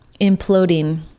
imploding